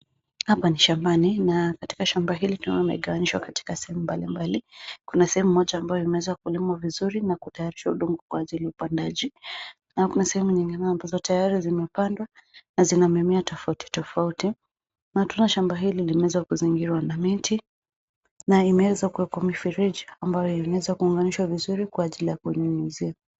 Hapa ni shambani na katika shamba hili tunaona imegawanyishwa katika sehemu mbalimbali. Kuna sehemu moja ambayo imeweza kulimwa vizuri na kutayarisha udongo kwa ajili ya upandaji na kuna sehemu nyingine ambazo tayari zimepandwa na zina mimea tofauti tofauti. Tena shamba hili limeweza kuzingirwa na miti na imeweza kuwekwa mifereji ambayo imeweza kuunganishiwa vizuri kwa ajili ya kunyunyizia.